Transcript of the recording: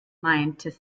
meinte